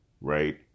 right